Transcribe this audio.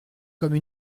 comme